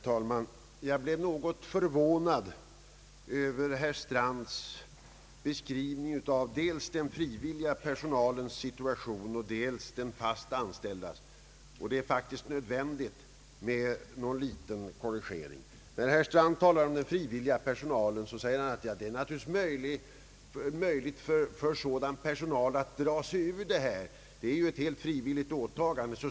Herr talman! Jag blev något förvånad över herr Strands beskrivning av dels den frivilliga personalens situation, dels den fast anställdas. Det är faktiskt nödvändigt med en liten korrigering. När herr Strand talade om den frivilliga personalen förklarade han, att det naturligtvis är möjligt för sådan personal att dra sig ur detta, eftersom det är ett helt frivilligt åtagande.